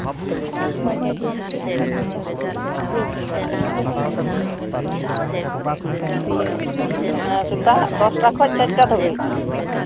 ᱥᱮᱛᱟᱜ ᱫᱚᱥ ᱴᱟ ᱠᱷᱚᱡ ᱪᱟᱹᱴ ᱴᱟ ᱫᱷᱟᱹᱵᱤᱡ